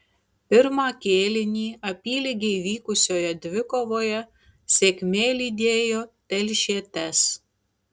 pirmą kėlinį apylygiai vykusioje dvikovoje sėkmė lydėjo telšietes